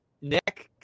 Nick